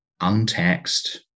untaxed